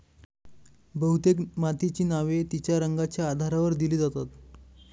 बहुतेक मातीची नावे तिच्या रंगाच्या आधारावर दिली जातात